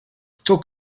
кто